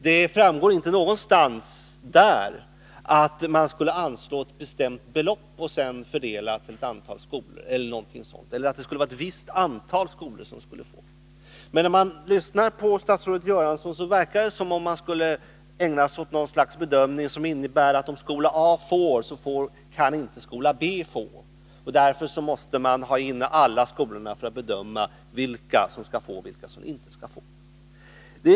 Det framgår inte någonstans där att man skulle anslå ett bestämt belopp och fördela detta på ett antal skolor eller att det skulle vara ett visst antal skolor som skulle få bidrag. Men när man lyssnar till statsrådet Göransson verkar det som om man skulle ägna sig åt något slags bedömning som innebär att om skola A får, så kan inte skola B få. Därför måste man ha in ansökningar från alla skolor för att kunna bedöma vilka som skall få och vilka som inte skall få bidrag.